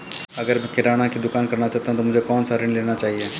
अगर मैं किराना की दुकान करना चाहता हूं तो मुझे कौनसा ऋण लेना चाहिए?